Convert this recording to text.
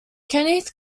kenneth